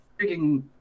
freaking